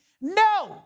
no